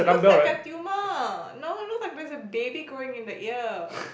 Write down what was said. it looks like a tumour no looks like there's a baby growing in the ear